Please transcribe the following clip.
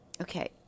okay